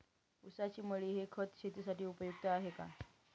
ऊसाची मळी हे खत शेतीसाठी उपयुक्त आहे का?